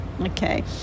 okay